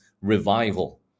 revival